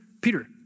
Peter